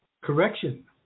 Correction